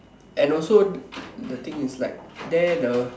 and also the thing is like there the